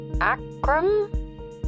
Akram